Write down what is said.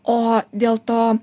o dėl to